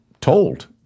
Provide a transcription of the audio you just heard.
told